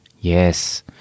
yes